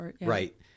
right